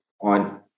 on